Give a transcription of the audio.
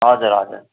हजुर हजुर